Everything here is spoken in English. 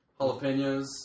jalapenos